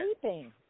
sleeping